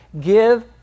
Give